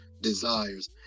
desires